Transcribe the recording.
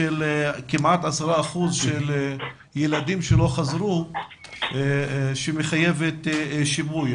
כמעט 10 אחוזים מהילדים לא חזרו למעונות וזה מחייב שיפוי.